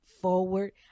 forward